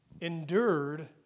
Endured